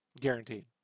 Guaranteed